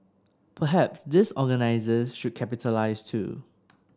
perhaps these organisers should capitalise too